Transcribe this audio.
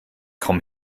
komm